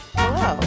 Hello